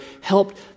helped